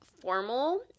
formal